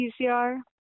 PCR